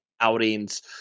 outings